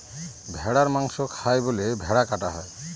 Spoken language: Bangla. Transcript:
ভেড়ার মাংস খায় বলে ভেড়া কাটা হয়